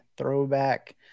Throwback